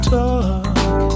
talk